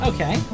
Okay